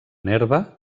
nerva